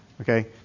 okay